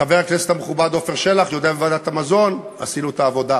חבר הכנסת המכובד עפר שלח יודע שבוועדת המזון עשינו את העבודה.